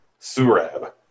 Surab